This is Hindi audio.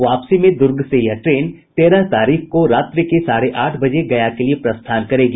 वापसी में दुर्ग से यह ट्रेन तेरह तारीख को रात्रि के साढ़े आठ बजे गया के लिए प्रस्थान करेगी